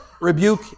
rebuke